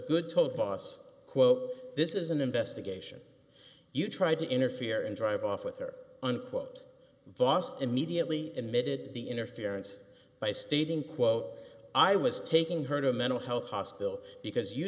good told the boss quote this is an investigation you tried to interfere and drive off with her unquote vause immediately admitted the interference by stating quote i was taking her to a mental health hospital because you